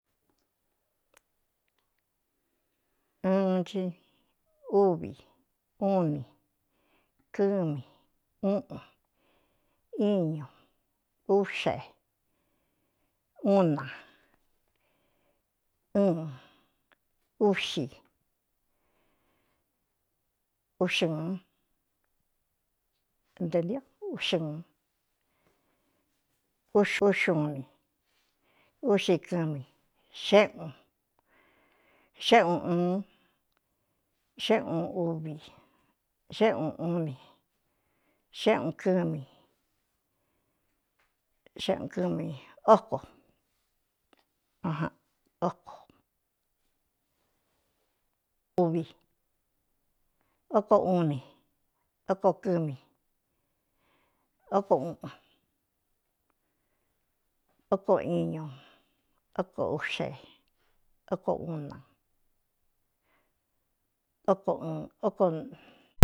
Uuncɨ úvi uun ni kɨ́mi uuꞌun íñu úꞌxee uu na uun úꞌxi uxiūn adélia uxɨun uxúxuun ni úꞌxi kɨmi xéꞌun xéꞌuunꞌuun xé ꞌuun uvi xéꞌuunuu ni xéꞌuun kɨmi xéꞌun kɨmi óko a a uvi óko uu ni ókoo kɨ́mi óko uꞌun óko iñu óko uꞌxee óko uun na oko.